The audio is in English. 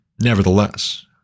nevertheless